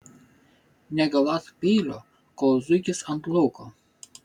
negaląsk peilio kol zuikis ant lauko